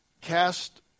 cast